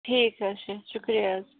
ٹھیٖک حظ چھُ شُکرِیا حظ